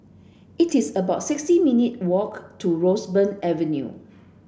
it is about sixty minute walk to Roseburn Avenue